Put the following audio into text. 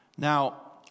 Now